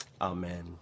amen